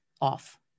off